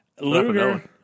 Luger